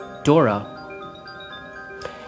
Dora